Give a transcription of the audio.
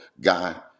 guy